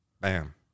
bam